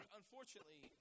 unfortunately